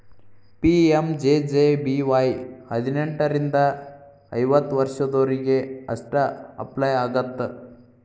PMJJBY ಹದಿನೆಂಟರಿಂದ ಐವತ್ತ ವರ್ಷದೊರಿಗೆ ಅಷ್ಟ ಅಪ್ಲೈ ಆಗತ್ತ